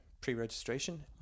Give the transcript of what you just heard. pre-registration